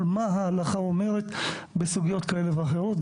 מה ההלכה אומרת בסוגיות כאלה ואחרות,